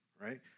right